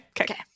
Okay